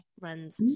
runs